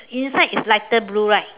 inside is lighter blue right